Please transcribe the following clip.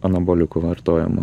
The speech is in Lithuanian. anabolikų vartojimo